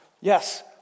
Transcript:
yes